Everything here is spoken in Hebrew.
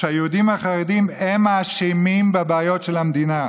שהיהודים החרדים הם האשמים בבעיות של המדינה.